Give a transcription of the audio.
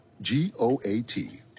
G-O-A-T